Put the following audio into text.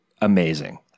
amazing